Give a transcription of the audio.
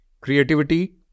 creativity